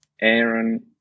Aaron